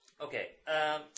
Okay